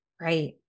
right